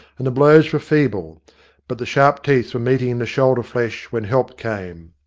and the blows were feeble but the sharp teeth were meeting in the shoulder-flesh, when help came.